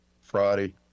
Friday